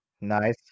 Nice